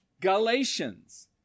Galatians